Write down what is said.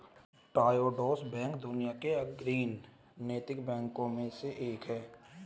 Triodos bank दुनिया के अग्रणी नैतिक बैंकों में से एक है